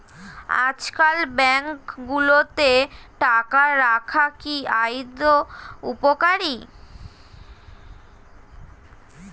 আজকাল ব্যাঙ্কগুলোতে টাকা রাখা কি আদৌ উপকারী?